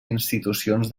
institucions